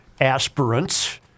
aspirants